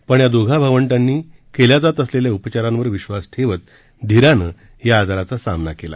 पण या दोघा भावंडांनी केल्या जात असलेल्या उपचारांवर विश्वास ठेवत धीरानं या आजाराचा सामना केला